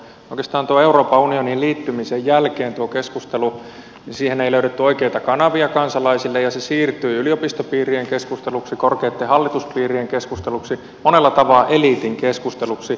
oikeastaan tuon euroopan unioniin liittymisen jälkeen tuohon keskusteluun ei löydetty oikeita kanavia kansalaisille ja se siirtyi yliopistopiirien keskusteluksi korkeitten hallituspiirien keskusteluksi monella tapaa eliitin keskusteluksi